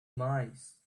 mice